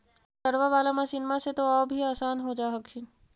ट्रैक्टरबा बाला मसिन्मा से तो औ भी आसन हो जा हखिन?